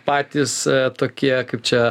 patys tokie kaip čia